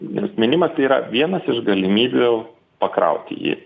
nes mynimas tai yra vienas iš galimybių pakrauti jį